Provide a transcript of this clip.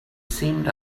seemed